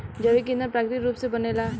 जैविक ईधन प्राकृतिक रूप से बनेला